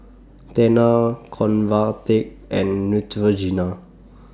Tena Convatec and Neutrogena